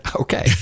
Okay